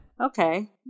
okay